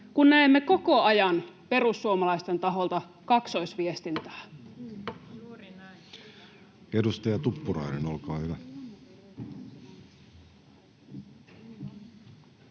kun näemme koko ajan perussuomalaisten taholta kaksoisviestintää. Edustaja Tuppurainen, olkaa hyvä.